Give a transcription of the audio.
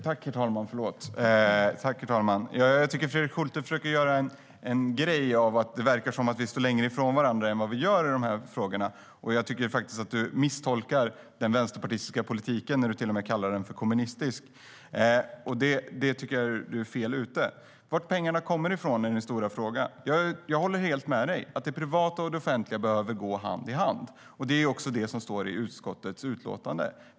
Herr talman! Jag tycker att Fredrik Schulte försöker att göra en grej av att det verkar som att vi står längre ifrån varandra än vad vi gör i dessa frågor. Du misstolkar den vänsterpartistiska politiken när du till och med kallar den för kommunistisk. Där är du fel ute. Din stora fråga är var pengarna kommer ifrån. Jag håller helt med dig om att det privata och det offentliga behöver gå hand i hand, och det står också i utskottets utlåtande.